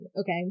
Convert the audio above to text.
Okay